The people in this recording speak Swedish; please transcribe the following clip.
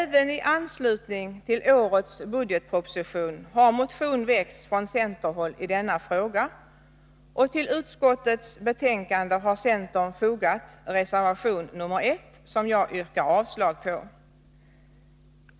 Även i anslutning till årets budgetproposition har en motion väckts från centerhåll i denna fråga, och till utskottets betänkande har centern fogat reservation nr 1 som jag yrkar avslag på.